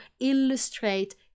illustrate